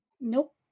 Nope